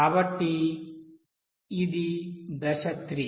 కాబట్టి ఇది దశ 3